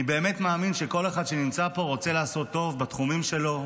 אני באמת מאמין שכל אחד שנמצא פה רוצה לעשות טוב בתחומים שלו,